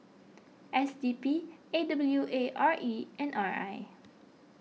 S D P A W A R E and R I